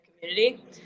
community